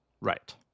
Right